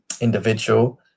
individual